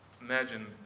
imagine